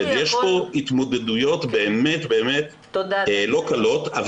יש פה התמודדויות באמת באמת לא קלות.